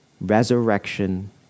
resurrection